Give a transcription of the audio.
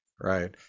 right